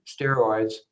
steroids